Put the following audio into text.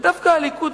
ודווקא הליכוד,